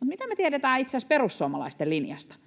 Mutta mitä me itse asiassa tiedetään perussuomalaisten linjasta?